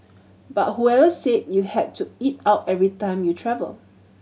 but whoever said you had to eat out every time you travel